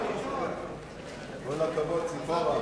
חוק עבודת נשים (תיקון מס' 46),